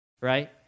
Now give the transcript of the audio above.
Right